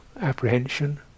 apprehension